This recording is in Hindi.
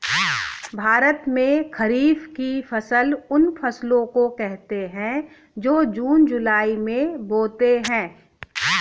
भारत में खरीफ की फसल उन फसलों को कहते है जो जून जुलाई में बोते है